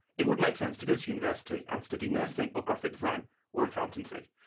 it would make sense to go to university and study nursing or graphic design or accountancy.